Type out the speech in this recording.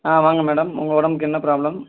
ஆ வாங்க மேடம் உங்கள் உடம்புக்கு என்ன ப்ராப்ளம்